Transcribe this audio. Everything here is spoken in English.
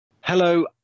Hello